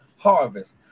harvest